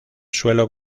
suelo